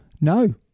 No